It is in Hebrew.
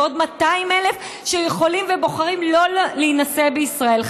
ועוד 200,000 שיכולים ובוחרים שלא להינשא בישראל.